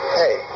hey